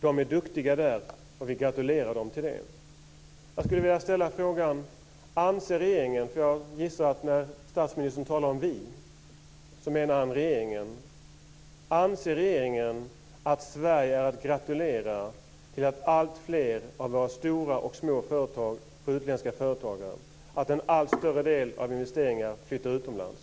De är duktiga där, och vi gratulerar dem till det". Jag gissar att statsministern när han säger "vi" menar regeringen. Jag skulle därför vilja fråga om regeringen anser att Sverige är att gratulera till att alltfler av våra stora och små företag får utländska företagare och att en allt större del av investeringarna flyttar utomlands.